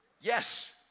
Yes